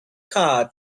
car